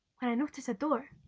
when i notice a door,